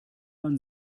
man